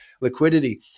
liquidity